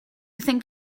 think